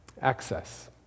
Access